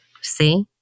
See